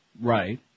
Right